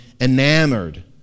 enamored